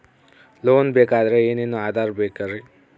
Loan ಬೇಕಾದ್ರೆ ಏನೇನು ಆಧಾರ ಬೇಕರಿ?